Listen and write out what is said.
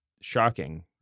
shocking